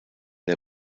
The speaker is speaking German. der